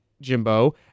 Jimbo